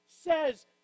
says